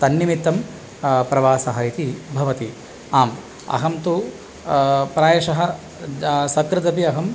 तन्निमित्तं प्रवासः इति भवति आम् अहं तु प्रायशः सकृदपि अहम्